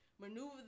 maneuver